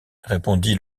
répondit